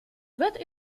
wird